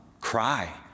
cry